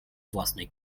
własnej